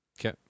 Okay